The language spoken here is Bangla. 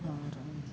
আর